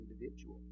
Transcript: individual